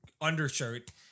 undershirt